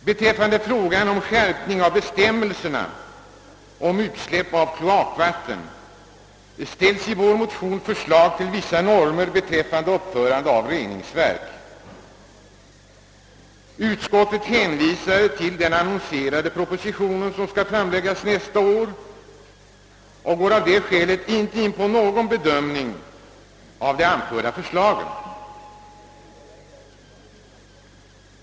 Beträffande frågan om skärpning av bestämmelserna beträffande utsläpp av kloakvatten föreslås i våra motioner vissa normer för uppförande av reningsverk. Utskottet hänvisar till den aviserade propositionen, som =<:skall framläggas nästa år, och går av det skälet inte in på någon bedömning av vårt förslag.